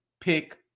pick